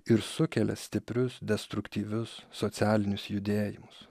ir sukelia stiprius destruktyvius socialinius judėjimus